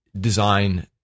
design